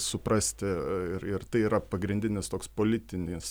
suprasti ir ir tai yra pagrindinis toks politinis